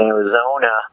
Arizona